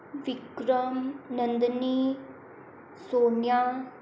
Vikram Nandini Sonia